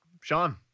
Sean